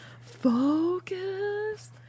focus